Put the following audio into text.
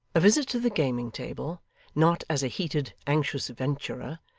a visit to the gaming-table not as a heated, anxious venturer,